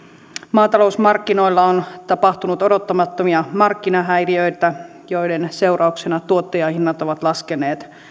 maatalousmarkkinoilla on tapahtunut odottamattomia markkinahäiriöitä joiden seurauksena tuottajahinnat ovat laskeneet